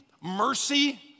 mercy